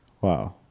Wow